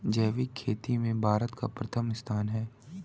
जैविक खेती में भारत का प्रथम स्थान है